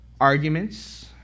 arguments